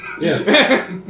Yes